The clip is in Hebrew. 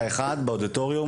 בשעה 13:00 באודיטוריום,